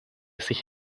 sich